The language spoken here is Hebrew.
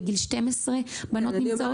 שבגיל 12 יש בנות עם הפרעות אכילה,